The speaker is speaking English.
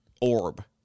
orb